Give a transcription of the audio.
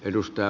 edustaja